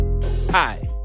Hi